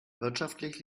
wirtschaftlich